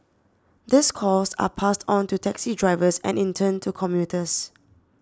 these costs are passed on to taxi drivers and in turn to commuters